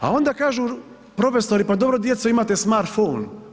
A onda kažu profesori pa dobro djeco, imate smartphone.